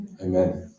amen